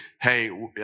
Hey